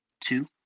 two